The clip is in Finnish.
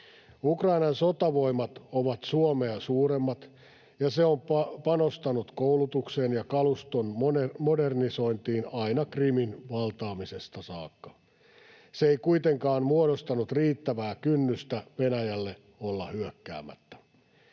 Ukrainan sotavoimat ovat Suomea suuremmat, ja se on panostanut koulutukseen ja kaluston modernisointiin aina Krimin valtaamisesta saakka. Se ei kuitenkaan muodostanut riittävää kynnystä Venäjälle olla hyökkäämättä.